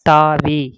தாவி